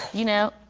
you know,